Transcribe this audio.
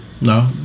No